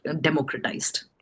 democratized